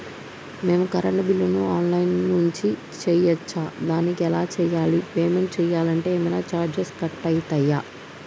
మేము కరెంటు బిల్లును online నుంచి చేయచ్చా? దానికి ఎలా చేయాలి? పేమెంట్ చేయాలంటే ఏమైనా చార్జెస్ కట్ అయితయా?